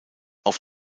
auf